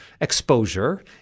exposure